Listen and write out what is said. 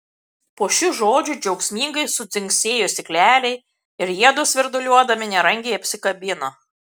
po šių žodžių džiaugsmingai sudzingsėjo stikleliai ir jiedu svirduliuodami nerangiai apsikabino